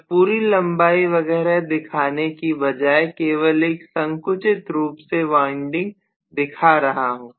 मैं पूरी लंबाई वगैरह दिखाने के बजाय केवल एक संकुचित रूप में वाइंडिंग दिखा रहा हूं